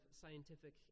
scientific